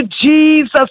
Jesus